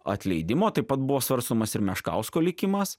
atleidimo taip pat buvo svarstomas ir meškausko likimas